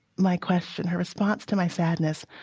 my question, her response to my sadness,